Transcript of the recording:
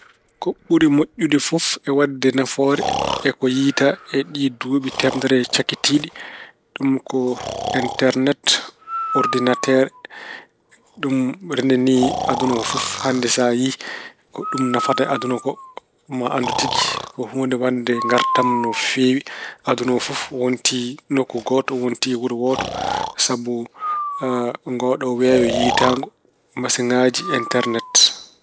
Ko ɓuri moƴƴude fof e waɗde nafoore e ko yiytaa e ɗi duuɓi teemedere cakkitiiɗi ɗum ko Enternet, Ordinateer. Ɗum renndinii aduna oo fof. Hannde sa yiyi ko ɗum nafata aduna ko maa anndu tigi ko huunde waɗde ngaartam no feewi. Aduna oo fof wonti nokku gooto, wonti wuro wooto sabu ngooɗoo weeyo yiytaango, masiŋaaji, Enternet.